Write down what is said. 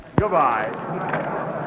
Goodbye